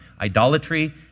idolatry